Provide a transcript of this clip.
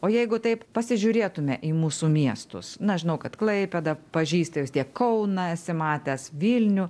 o jeigu taip pasižiūrėtume į mūsų miestus na žinau kad klaipėdą pažįsti vis tiek kauną esi matęs vilnių